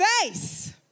face